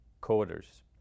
coders